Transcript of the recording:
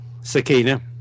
Sakina